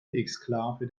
exklave